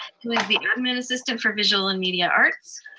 who is the admin assistant for visual and media arts.